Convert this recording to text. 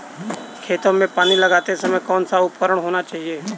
खेतों में पानी लगाते समय कौन सा उपकरण होना चाहिए?